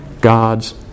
God's